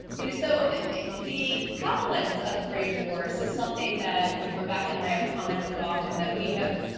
you know, so the prevalence of gray divorce is something that rebecca and i have commented often, that we have,